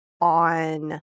on